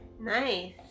Nice